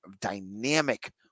dynamic